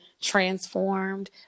transformed